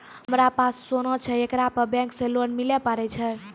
हमारा पास सोना छै येकरा पे बैंक से लोन मिले पारे छै?